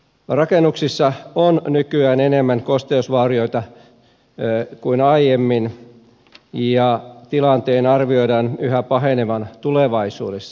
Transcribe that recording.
rakennuksissa on nykyään enemmän kosteusvaurioita kuin aiemmin ja tilanteen arvioidaan yhä pahenevan tulevaisuudessa